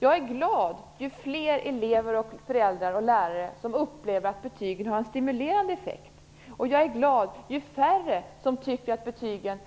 Jag är glad ju fler elever, föräldrar och lärare som upplever att betygen har en stimulerande effekt, och jag är glad ju färre som upplever betygen